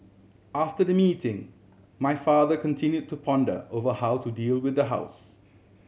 after the meeting my father continue to ponder over how to deal with the house